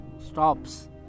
stops